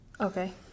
Okay